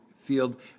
field